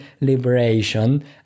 liberation